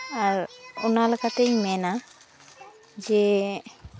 ᱟᱨ ᱚᱱᱟ ᱞᱮᱠᱟᱛᱤᱧ ᱢᱮᱱᱟ ᱡᱮ